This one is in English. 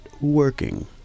working